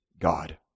God